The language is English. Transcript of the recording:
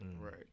Right